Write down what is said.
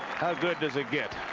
how good does it get?